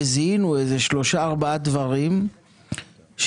וזיהינו איזה שלושה-ארבעה דברים שבמצב